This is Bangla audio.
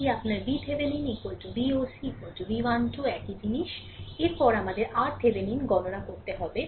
এটি আপনার VThevenin VOC v 1 2 একই জিনিস এর পরে আমাদের RThevenin গণনা করতে হবে